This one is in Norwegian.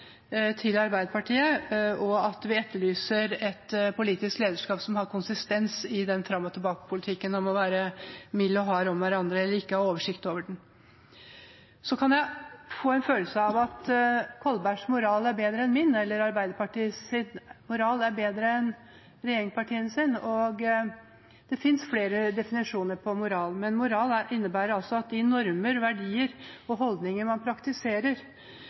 som handler om å være mild og hard om hverandre, eller som ikke har oversikt. Jeg kan få en følelse av at Kolbergs moral er bedre enn min, eller at Arbeiderpartiets moral er bedre enn regjeringspartienes. Det finnes flere definisjoner av moral, men moral innebærer at de normer, verdier og holdninger man praktiserer,